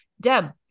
deb